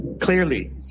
clearly